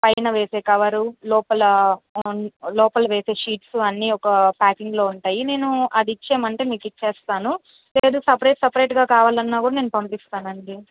పైన వేసే కవరు లోపల లోపల వేసే షీట్సు అన్నీ ఒక ప్యాకింగ్లో ఉంటాయి నేను అది ఇచ్చేయమంటే మీకు ఇచ్చేస్తాను లేదు సెపరేట్ సెపరేట్గా కావాలన్నా కూడా నేను పంపిస్తానండీ